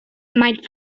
mein